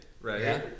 Right